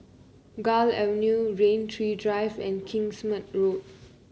Gul Avenue Rain Tree Drive and Kingsmead Road